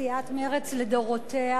סיעת מרצ לדורותיה,